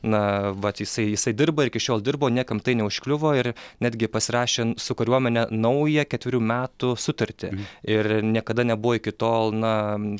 na vat jisai jisai dirba ir iki šiol dirbo niekam tai neužkliuvo ir netgi pasirašė su kariuomene naują ketverių metų sutartį ir niekada nebuvo iki tol na